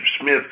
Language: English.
Smith